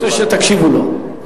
הוא רוצה שתקשיבו לו.